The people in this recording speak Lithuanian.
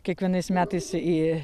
kiekvienais metais į